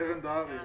קרן דהרי.